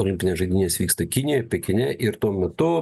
olimpinės žaidynės vyksta kinijoj pekine ir tuo metu